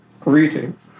Greetings